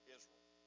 Israel